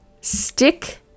stick